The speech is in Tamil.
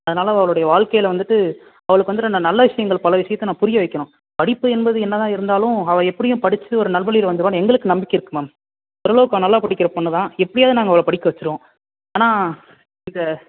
அதனால் அவளுடைய வாழ்க்கைல வந்துட்டு அவளுக்கு வந்துட்டு நான் நல்ல விஷயங்கள் பல விஷயத்த நான் புரிய வைக்கணும் படிப்பு என்பது என்னதான் இருந்தாலும் அவள் எப்படியும் படிச்சுட்டு ஒரு நல் வழியில வந்துடுவான்னு எங்களுக்கு நம்பிக்கை இருக்குது மேம் ஓரளவுக்கு அவள் நல்லா படிக்கிற பொண்ணுதான் எப்படியாவது நாங்கள் அவளை படிக்க வச்சுருவோம் ஆனால் இதை